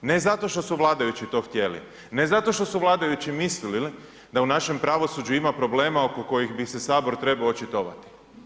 Ne zato što su vladajući to htjeli, ne zato što su vladajući mislili da u našem pravosuđu ima problema oko kojih bi se Sabor trebao očitovati.